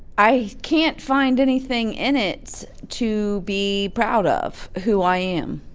i can't find anything in it to be proud of, who i am.